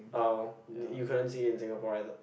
oh you couldn't see it in Singapore either